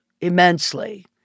immensely